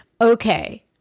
Okay